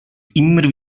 immer